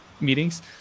meetings